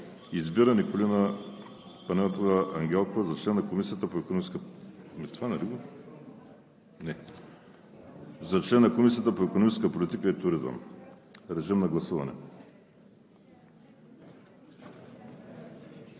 Избира Николина Панайотова Ангелкова за член на Комисията по икономическа политика и туризъм.“ Моля, режим на гласуване.